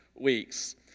weeks